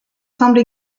semble